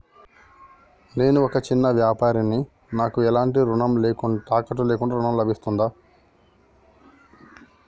నేను ఒక చిన్న వ్యాపారిని నాకు ఎలాంటి తాకట్టు లేకుండా ఋణం లభిస్తదా?